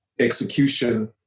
execution